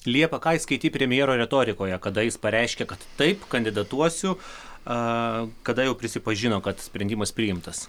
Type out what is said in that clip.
liepa ką įskaitei premjero retorikoje kada jis pareiškė kad taip kandidatuosiu a kada jau prisipažino kad sprendimas priimtas